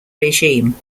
regime